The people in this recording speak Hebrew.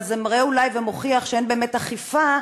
אבל זה מראה ואולי ומוכיח שאין באמת אכיפה,